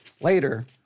later